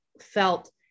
felt